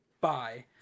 bye